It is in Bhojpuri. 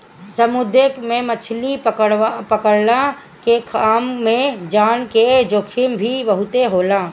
समुंदर में मछरी पकड़ला के काम में जान के जोखिम ही बहुते होला